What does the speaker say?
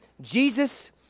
Jesus